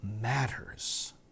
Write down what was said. matters